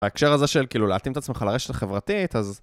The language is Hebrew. ההקשר הזה של, כאילו, להתאים את עצמך לרשת החברתית, אז...